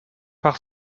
par